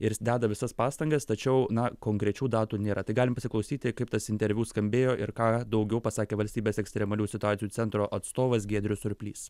ir deda visas pastangas tačiau na konkrečių datų nėra tai galime pasiklausyti kaip tas interviu skambėjo ir ką daugiau pasakė valstybės ekstremalių situacijų centro atstovas giedrius surplys